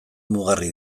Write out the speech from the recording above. mugarri